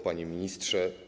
Panie Ministrze!